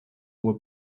were